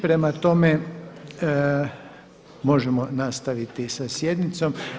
Prema tome, možemo nastaviti sa sjednicom.